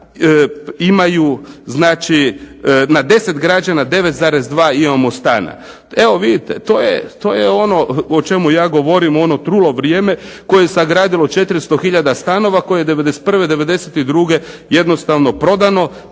imaju, znači na 10 građana 9,2 imamo stana. Evo vidite to je ono o čemu ja govorim, ono trulo vrijeme koje je sagradilo 400 hiljada stanova, koje je '91., '92. jednostavno prodano,